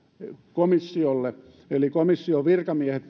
komissiolle eli komission virkamiehet